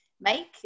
make